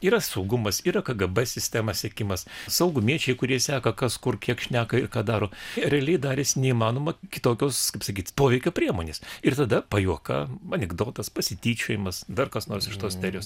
yra saugumas yra kgb sistema sekimas saugumiečiai kurie seka kas kur kiek šneka ir ką daro realiai darėsi neįmanoma kitokios kaip sakyti poveikio priemonės ir tada pajuoka anekdotas pasityčiojimas dar kas nors iš tos serijos